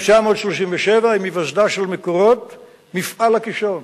1937, עם היווסדה של "מקורות" מפעל הקישון,